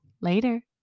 later